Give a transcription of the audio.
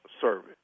service